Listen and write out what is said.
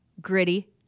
Gritty